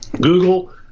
Google